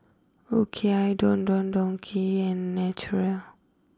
O K I Don Don Donki and Naturel